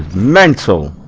mental